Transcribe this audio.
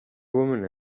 woman